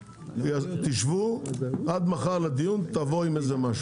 תקיימו דיון עד מחר ותבואו עם משהו.